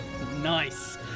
Nice